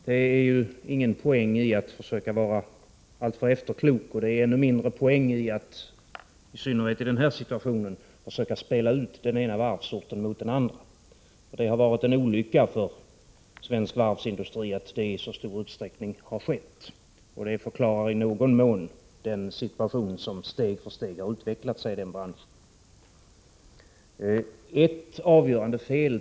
Herr talman! Man plockar inga poäng på att försöka vara alltför efterklok. Det ger ännu färre poäng att, i synnerhet i nuvarande situation, försöka spela ut den ena varvsorten mot den andra. Det har varit en olycka för svensk varvsindustri att så i mycket stor utsträckning har skett. I någon mån förklarar det dock den utveckling som stegvis skett inom branschen.